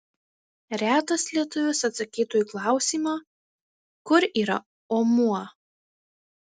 retas lietuvis atsakytų į klausimą kur yra omuo